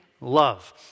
love